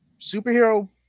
superhero